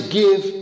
give